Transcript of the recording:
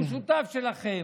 הוא שותף שלכם,